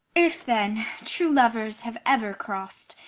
if then true lovers have ever cross'd,